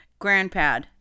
GrandPad